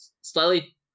slightly